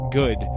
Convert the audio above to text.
good